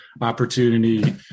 opportunity